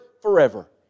forever